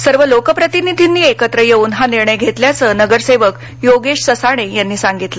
सर्व लोकप्रतिनिधींनी एकत्र येऊन हा निर्णय घेतल्याचं नगरसेवक योगेश ससाणे यांनी सांगितलं